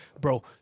bro